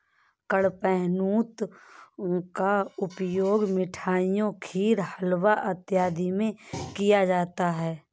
कडपहनुत का उपयोग मिठाइयों खीर हलवा इत्यादि में किया जाता है